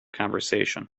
conversation